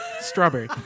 Strawberry